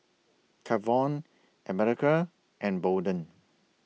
Kavon America and Bolden